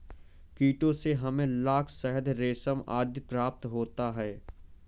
कीटों से हमें लाख, शहद, रेशम आदि प्राप्त होते हैं